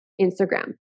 Instagram